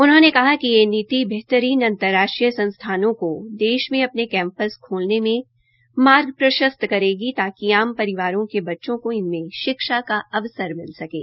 उन्होंने कहा कि यह नीति बेहतरीन अंतर्राष्ट्रीय संस्थानों को देश में कैम्पस खोलने में मार्ग प्रस्शत करेगी ताकि आम परिवारों के बच्चों को इनमें शिक्षा का अवसर मिल सकें